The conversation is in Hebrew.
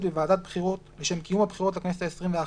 בוועדת בחירות לשם קיום הבחירות לכנסת העשרים ואחת,